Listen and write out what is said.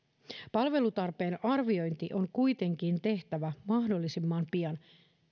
palvelutarpeen arviointi on kuitenkin tehtävä mahdollisimman pian